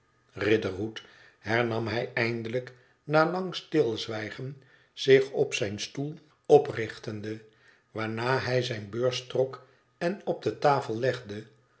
riderhood hernam hij eindelijk na lang stilzwijgen zioh op zijn stoel oprichtende waarna hij zijne beurs trok en op de tafel legde